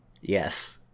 Yes